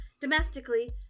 domestically